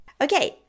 Okay